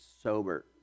sober